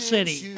City